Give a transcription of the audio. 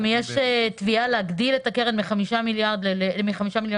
גם יש תביעה להגדיל את הקרן מחמישה מיליון ליותר.